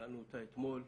ושאלנו אותה אתמול.